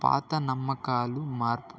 పాత నమ్మకాలు మార్పు